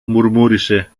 μουρμούρισε